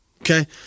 Okay